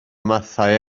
mathau